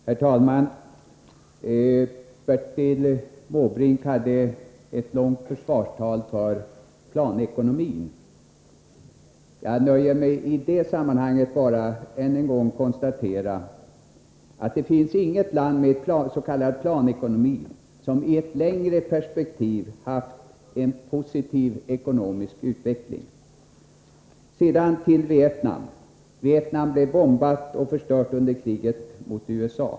Herr talman! Bertil Måbrink höll ett långt försvarstal för planekonomin. Jag nöjer mig i det här sammanhanget med att än en gång bara konstatera att det inte finns något land med s.k. planekonomi som i ett längre perspektiv haft en positiv ekonomisk utveckling. Sedan till Vietnam! Vietnam blev bombat och förstört under kriget mot USA.